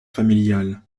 familiale